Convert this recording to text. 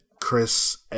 Chris